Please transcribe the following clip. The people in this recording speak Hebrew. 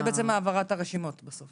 זה בעצם העברת הרשימות בסוף.